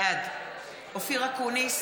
בעד אופיר אקוניס,